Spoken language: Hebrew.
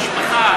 או משפחה,